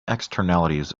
externalities